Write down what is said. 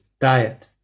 diet